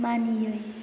मानियै